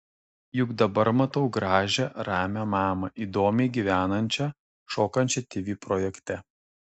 juk dabar matau gražią ramią mamą įdomiai gyvenančią šokančią tv projekte